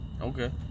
Okay